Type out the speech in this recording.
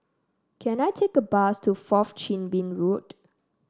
can I take a bus to Fourth Chin Bee Road